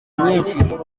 myinshi